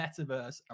metaverse